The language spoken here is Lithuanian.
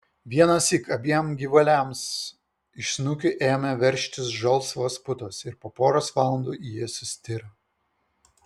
vienąsyk abiem gyvuliams iš snukių ėmė veržtis žalsvos putos ir po poros valandų jie sustiro